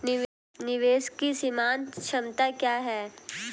निवेश की सीमांत क्षमता क्या है?